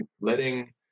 letting